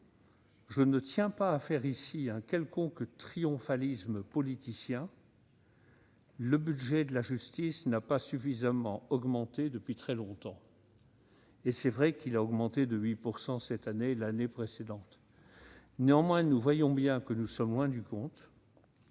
Je ne tiens pas à faire preuve ici d'un quelconque triomphalisme politicien. Le budget de la justice n'a pas suffisamment augmenté depuis très longtemps. Il est vrai qu'il a progressé de 8 % cette année, comme l'année précédente, mais nous voyons bien que nous sommes loin du compte.